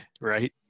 right